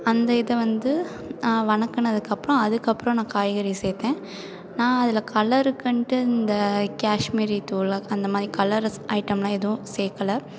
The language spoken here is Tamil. அந்த இதை வந்து வணக்குனதுக்கப்றோம் அதுக்கப்பறம் நான் காய்கறி சேர்த்தேன் நான் அதில் கலருக்குன்ட்டு இந்த கேஷ்மீரி தூள் அந்த மாதிரி கலரஸ் ஐட்டம்லாம் எதுவும் சேர்க்கல